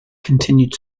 continued